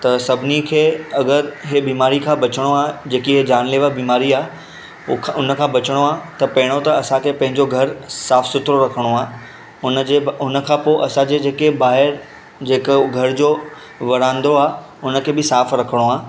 त सभिनी खे अगरि इहे बीमारी खां बचिणो आहे जेकी इहे ज़ानलेवा बीमारी आहे हुन खां बचिणो आहे त पहिरियों त असांखे पंहिंजो घरु साफ़ु सुथिरो रखिणो आहे हुनजे हुन खां पोइ असांजे जेके बाहिरि जेको घर जो वरांडो आहे हुनखे बि साफ़ु रखिणो आहे त